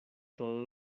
todo